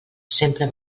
sempre